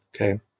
okay